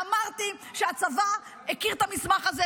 אמרתי שהצבא הכיר את המסמך הזה,